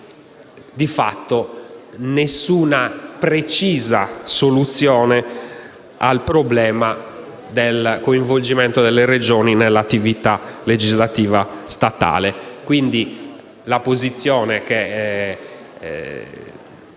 di fatto non dà alcuna precisa soluzione al problema del coinvolgimento delle Regioni nell'attività legislativa statale. La posizione del